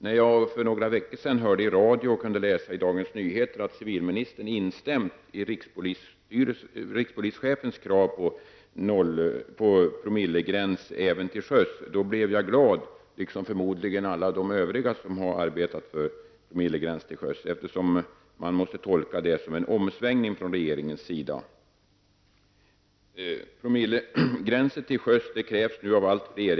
När jag för några veckor sedan hörde i radio och kunde läsa i Dagens Nyheter att civilministern har instämt i rikspolischefens krav på promillegräns även till sjöss blev jag glad, liksom förmodligen alla de övriga som har arbetat för promillegräns till sjöss. Man måste nämligen tolka detta som en omsvängning ifrån regeringens sida. Promillegränser till sjöss krävs nu av allt fler.